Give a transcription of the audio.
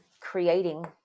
creating